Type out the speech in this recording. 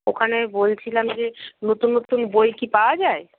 ওখানে বলছিলাম যে নতুন নতুন বই কি পাওয়া যায়